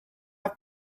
have